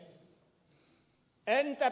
arvoisa puhemies